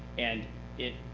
and it